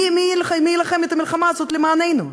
מי יילחם את המלחמה הזאת למעננו,